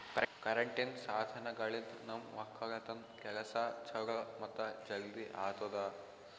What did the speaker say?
ಕರೆಂಟಿನ್ ಸಾಧನಗಳಿಂದ್ ನಮ್ ಒಕ್ಕಲತನ್ ಕೆಲಸಾ ಛಲೋ ಮತ್ತ ಜಲ್ದಿ ಆತುದಾ